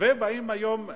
באים היום,